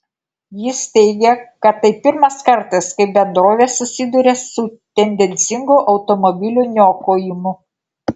jis teigė kad tai pirmas kartas kai bendrovė susiduria su tendencingu automobilių niokojimu